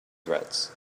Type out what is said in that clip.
threads